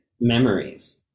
memories